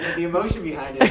the emotion